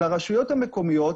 לרשויות המקומיות,